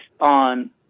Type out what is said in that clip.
on